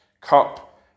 cup